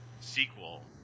sequel